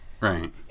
Right